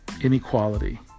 inequality